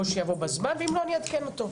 אני מבקשת לבוא בזמן ואם לא אני אעדכן אותו.